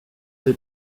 des